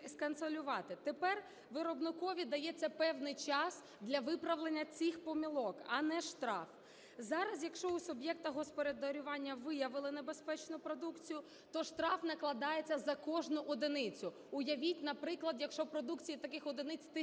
і сканцелювати. Тепер виробникові дається певний час для виправлення цих помилок, а не штраф. Зараз, якщо у суб'єкта господарювання виявили небезпечну продукцію, то штраф накладається за кожну одиницю. Уявіть, наприклад, якщо продукції таких одиниць тисячі.